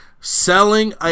selling